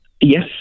Yes